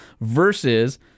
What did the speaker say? versus